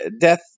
death